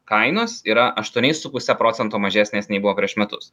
kainos yra aštuoniais su puse procento mažesnės nei buvo prieš metus